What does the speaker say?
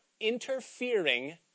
interfering